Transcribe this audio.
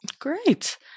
great